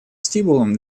стимулом